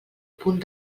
punt